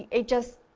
it just,